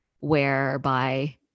whereby